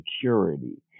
security